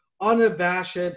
unabashed